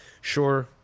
Sure